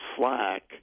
slack